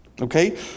okay